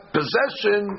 possession